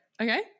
Okay